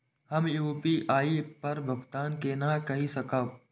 हम यू.पी.आई पर भुगतान केना कई सकब?